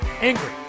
Angry